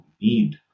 need